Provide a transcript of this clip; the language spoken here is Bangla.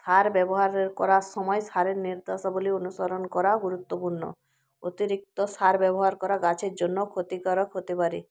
সার ব্যবহার করার সময় সারের নির্দেশাবলী অনুসরণ করাও গুরুত্বপূর্ণ অতিরিক্ত সার ব্যবহার করা গাছের জন্য ক্ষতিকারক হতে পারে